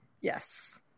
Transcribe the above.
Yes